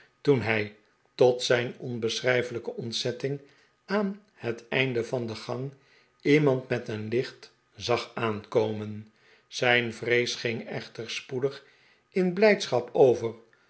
toen hij tot zijn onbeschrijfelijke ontzetting aan bet einde van de gang iemand met een licht zag aankomen zijn vrees ging echter spoedig in blijdschap over